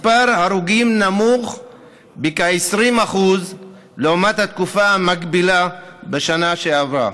מספר ההרוגים נמוך בכ-20% לעומת התקופה המקבילה בשנה שעברה.